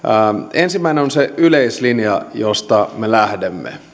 ensimmäinen on se yleislinja josta me lähdemme